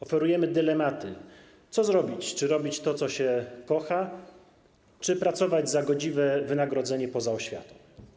Oferujemy dylematy, co zrobić: Czy robić to, co się kocha, czy pracować za godziwe wynagrodzenie poza oświatą?